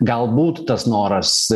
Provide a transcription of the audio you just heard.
galbūt tas noras